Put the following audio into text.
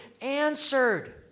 answered